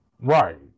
Right